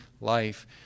life